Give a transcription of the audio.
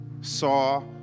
saw